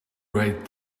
right